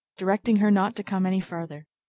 directing her not to come any farther.